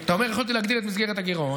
אתה אומר שיכולתי להגדיל את מסגרת הגירעון